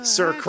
Sir